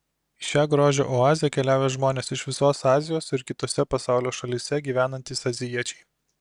į šią grožio oazę keliauja žmonės iš visos azijos ir kitose pasaulio šalyse gyvenantys azijiečiai